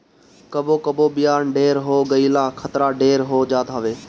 कबो कबो बियाज ढेर हो गईला खतरा ढेर हो जात हवे